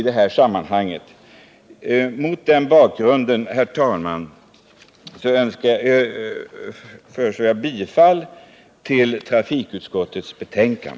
Med detta yrkar jag, herr talman, bifall till utskottets hemställan.